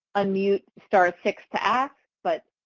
unmute, star six to ask but